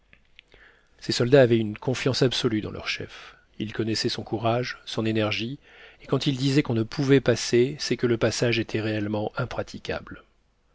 ces soldats avaient une confiance absolue dans leur chef ils connaissaient son courage son énergie et quand il disait qu'on ne pouvait passer c'est que le passage était réellement impraticable